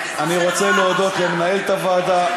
אני רוצה להודות למנהלת הוועדה,